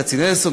ברל כצנלסון,